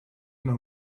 know